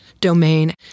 domain